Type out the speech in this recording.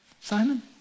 Simon